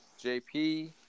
JP